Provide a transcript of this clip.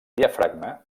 diafragma